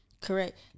Correct